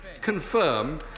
confirm